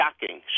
shocking